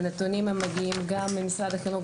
הנתונים מגיעים ממשרד החינוך,